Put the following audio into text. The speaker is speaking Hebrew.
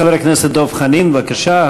חבר הכנסת דב חנין, בבקשה.